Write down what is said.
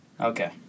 Okay